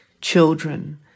children